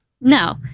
No